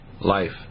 Life